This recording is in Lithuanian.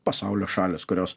pasaulio šalys kurios